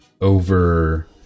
over